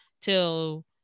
till